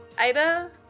Ida